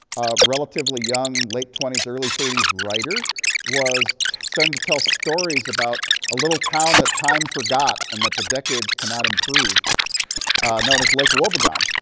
relatively young, late twenty s, early thirty s writer was starting to tell stories about a little town that time forgot and that the decades cannot improve known as lake wobegon.